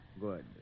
Good